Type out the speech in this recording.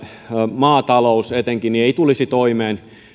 ja etenkin maatalous eivät tulisi toimeen